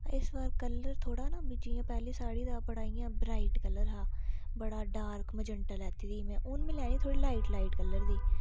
इस बार कलर थोह्ड़ा न जियां पैह्ले साड़ी दा बड़ा इ'यां ब्राइट कलर हा बड़ा डार्क मजांटा लैती दी ही मै हून मै लैनी थोह्ड़ी लाइट लाइट कलर दी